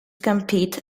compete